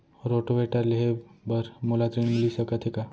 Rotavator लेहे बर मोला ऋण मिलिस सकत हे का?